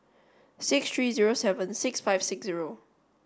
six three zero seven six five six zero